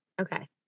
Okay